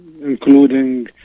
including